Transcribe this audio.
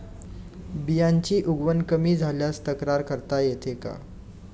बियाण्यांची उगवण कमी झाल्यास तक्रार करता येते का?